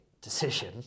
decision